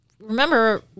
remember